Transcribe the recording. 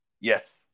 Yes